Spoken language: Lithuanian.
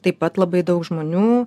taip pat labai daug žmonių